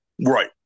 right